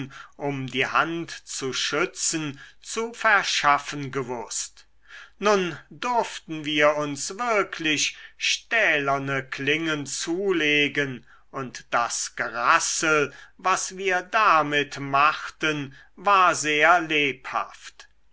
um die hand zu schützen zu verschaffen gewußt nun durften wir uns wirklich stählerne klingen zulegen und das gerassel was wir damit machten war sehr lebhaft